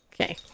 Okay